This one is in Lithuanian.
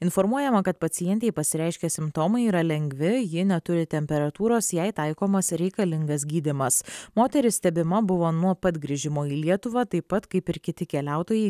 informuojama kad pacientei pasireiškę simptomai yra lengvi ji neturi temperatūros jai taikomas reikalingas gydymas moteris stebima buvo nuo pat grįžimo į lietuvą taip pat kaip ir kiti keliautojai